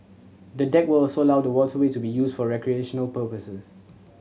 the deck will also allow the waterway to be used for recreational purposes